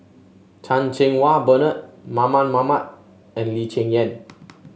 Chan Cheng Wah Bernard Mamat and Lee Cheng Yan